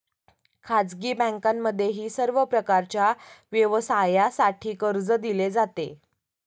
खाजगी बँकांमध्येही सर्व प्रकारच्या व्यवसायासाठी कर्ज दिले जाते